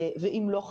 אם לא כן,